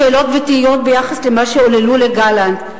שאלות ותהיות ביחס למה שעוללו לגלנט.